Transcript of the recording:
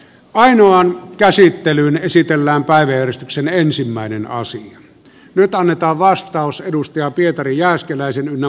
ainoan käsittelyyn esitellään päivystyksen ensimmäinen asia nyt annetaan vastaus pietari jääskeläisen ynnä muuta